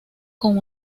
con